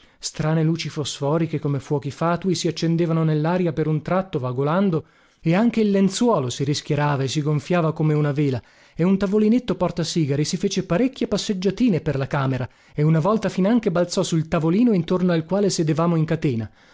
strane luci fosforiche come fuochi fatui si accendevano nellaria per un tratto vagolando e anche il lenzuolo si rischiarava e si gonfiava come una vela e un tavolinetto porta sigari si fece parecchie passeggiatine per la camera e una volta finanche balzò sul tavolino intorno al quale sedevamo in catena